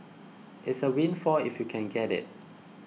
it's a windfall if you can get it